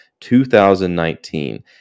2019